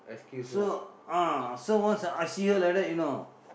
so ah so once I see her like that you know